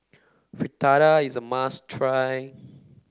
Fritada is a must try